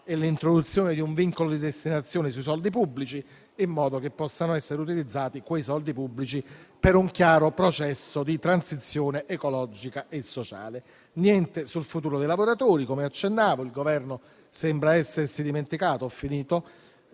e l'introduzione di un vincolo di destinazione sui soldi pubblici, in modo che possano essere utilizzati per un chiaro processo di transizione ecologica e sociale. Non c'è niente sul futuro dei lavoratori, come accennavo. Il Governo sembra essersi dimenticato di